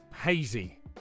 hazy